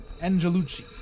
Angelucci